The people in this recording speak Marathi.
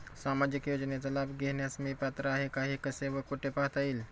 सामाजिक योजनेचा लाभ घेण्यास मी पात्र आहे का हे कसे व कुठे पाहता येईल?